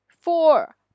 four